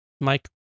Mike